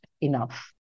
enough